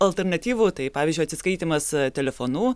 alternatyvų tai pavyzdžiui atsiskaitymas telefonu